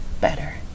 better